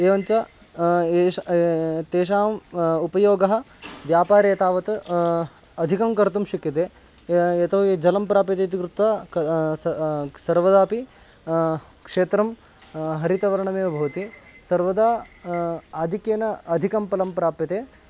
एवञ्च येषां तेषाम् उपयोगः व्यापारे तावत् अधिकं कर्तुं शक्यते यतोहि जलं प्राप्यते इति कृत्वा क सर्वदापि क्षेत्रं हरितवर्णमेव भवति सर्वदा आधिक्येन अधिकं पलं प्राप्यते